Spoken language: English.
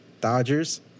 Dodgers